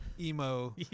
emo